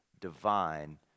divine